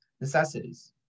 necessities